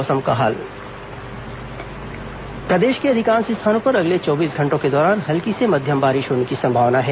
मौसम प्रदेश के अधिकांश स्थानों पर अगले चौबीस घंटों के दौरान हल्की से मध्यम बारिश होने की संभावना है